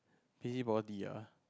busybody ah